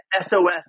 SOS